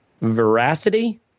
veracity